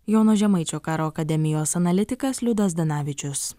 jono žemaičio karo akademijos analitikas liudas zdanavičius